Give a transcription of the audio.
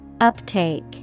Uptake